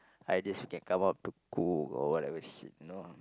ideas you can come up to cook or whatever shit know